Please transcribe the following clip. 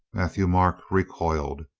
matthieu-marc recoiled.